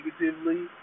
negatively